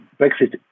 Brexit